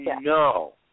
no